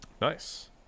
Nice